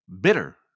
bitter